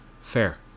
Fair